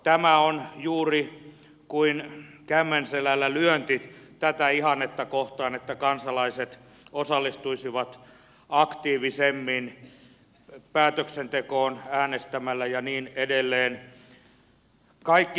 tämä on juuri kuin kämmenselällä lyönti tätä ihannetta kohtaan että kansalaiset osallistuisivat aktiivisemmin päätöksentekoon äänestämällä ja niin edelleen